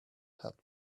had